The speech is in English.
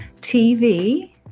TV